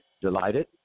delighted